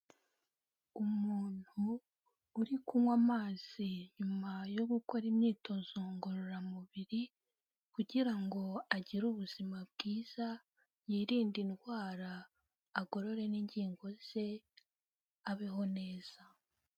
Umuntu uri kunywa amazi nyuma yo gukora imyitozo ngororamubiri kugira ngo agire ubuzima bwiza, yirinde indwara, agorore n'ingingo ze, abeho neza.